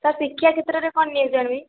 sir ଶିକ୍ଷା କ୍ଷେତ୍ରରେ କ'ଣ ନ୍ୟୁଜ୍ ଆଣିବି